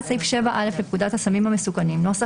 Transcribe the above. על סעיף 7(א) לפקודת הסמים המסוכנים ,